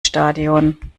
stadion